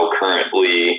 currently